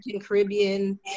Caribbean